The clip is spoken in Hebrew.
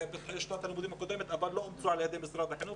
בשנת הלימודים הקודמת אבל לא אומצו על ידי משרד החינוך,